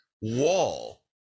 wall